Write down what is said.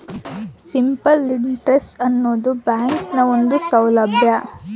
simple interest ಆನದು ಬ್ಯಾಂಕ್ನ ಒಂದು ಸೌಲಬ್ಯಾ